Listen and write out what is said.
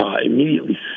Immediately